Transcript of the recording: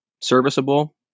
serviceable